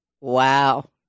Wow